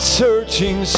searching